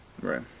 Right